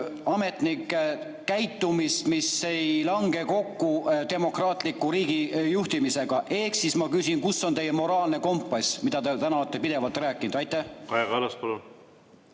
riigiametnike käitumist, mis ei lange kokku demokraatliku riigi juhtimisega. Ehk ma küsin: kus on teie moraalne kompass, millest te täna olete pidevalt rääkinud? Kaja